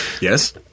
yes